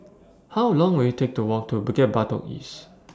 How Long Will IT Take to Walk to Bukit Batok East